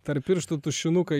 tarp pirštų tušinuką